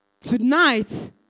Tonight